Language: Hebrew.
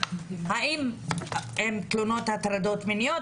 האם הן תלונות של הטרדות מיניות,